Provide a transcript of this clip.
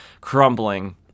crumbling